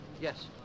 Yes